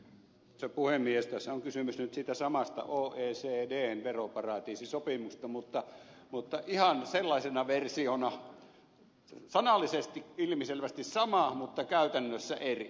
tässä on kysymys nyt siitä samasta oecdn veroparatiisisopimuksesta mutta ihan sellaisena versiona että se on sanallisesti ilmiselvästi sama mutta käytännössä eri